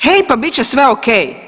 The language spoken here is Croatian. Hej pa bit će sve ok.